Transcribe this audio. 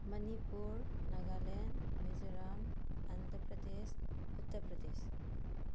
Manipur Nagaland Mizoram Andhra Pradesh Uttar Pradesh